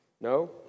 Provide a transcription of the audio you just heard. No